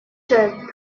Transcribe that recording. jeune